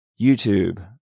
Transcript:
YouTube